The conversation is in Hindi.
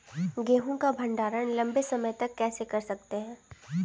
गेहूँ का भण्डारण लंबे समय तक कैसे कर सकते हैं?